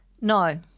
No